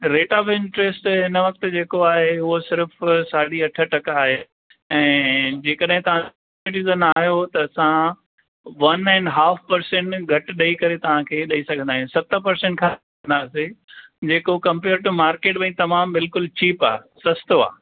rate of interest हिन वक़्तु जेको आहे उहो सिर्फु साढी अठ टका आहे ऐं जेकॾहिं तव्हां सिनियर सिटिज़न आहियो त असां वन एंड हाफ परसेंट घटि ॾेई करे तव्हांखे ॾेई सघंदा आहियूं सत परसेंट खां जेको कंप्लीट मार्केट में तमामु बिल्कुलु चीप आहे सस्तो आहे